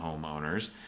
homeowners